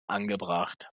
angebracht